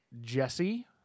Jesse